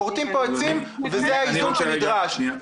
כורתים פה עצים וזה האיזון שנדרש.